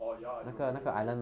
oh ya 有有有